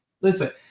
listen